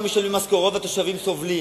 לא משלמים משכורות והתושבים סובלים